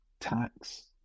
tax